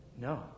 No